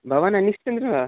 भवान् अनिश्चिन्द्रः वा